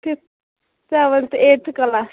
فِف seventh eighth class